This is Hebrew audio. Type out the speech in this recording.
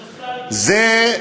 זה?